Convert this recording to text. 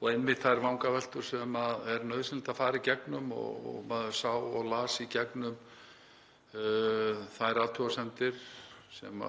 og einmitt þær vangaveltur sem er nauðsynlegt að fara í gegnum og maður las í gegnum þær athugasemdir sem